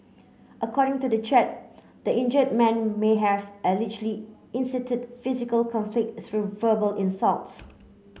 according to the chat the injured man may have allegedly incited physical conflict through verbal insults